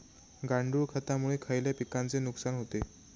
गांडूळ खतामुळे खयल्या पिकांचे नुकसान होते?